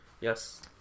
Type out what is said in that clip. Yes